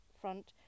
front